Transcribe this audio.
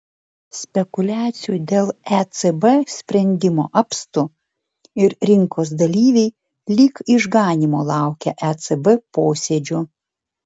spekuliacijų dėl ecb sprendimo apstu ir rinkos dalyviai lyg išganymo laukia ecb posėdžio